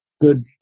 good